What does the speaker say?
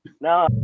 No